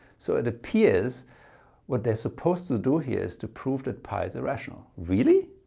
so it appears what they're supposed to do here is to prove that pi is irrational. really?